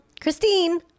Christine